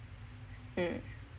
mm